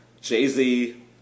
Jay-Z